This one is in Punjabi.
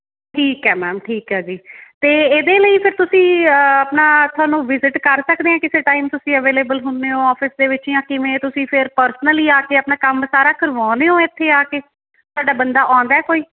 ਠੀਕ ਹੈ ਮੈਮ ਠੀਕ ਹੈ ਜੀ ਅਤੇ ਇਹਦੇ ਲਈ ਫਿਰ ਤੁਸੀਂ ਆਪਣਾ ਤੁਹਾਨੂੰ ਵਿਜ਼ਿਟ ਕਰ ਸਕਦੇ ਹਾਂ ਕਿਸੇ ਟਾਈਮ ਤੁਸੀਂ ਅਵੇਲੇਬਲ ਹੁੰਦੇ ਹੋ ਔਫਿਸ ਦੇ ਵਿੱਚ ਜਾਂ ਕਿਵੇਂ ਤੁਸੀਂ ਫਿਰ ਪਰਸਨਲੀ ਆ ਕੇ ਆਪਣਾ ਕੰਮ ਸਾਰਾ ਕਰਵਾਉਂਦੇ ਹੋ ਇੱਥੇ ਆ ਕੇ ਤੁਹਾਡਾ ਬੰਦਾ ਆਉਂਦਾ ਕੋਈ